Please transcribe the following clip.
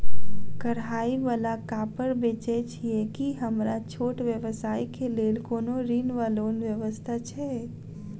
कढ़ाई वला कापड़ बेचै छीयै की हमरा छोट व्यवसाय केँ लेल कोनो ऋण वा लोन व्यवस्था छै?